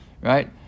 right